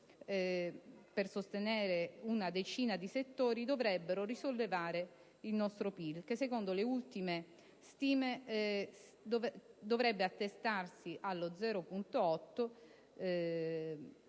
per sostenere una decina di settori dovrebbero risollevare il nostro PIL, che secondo le ultime stime dovrebbe attestarsi allo 0,8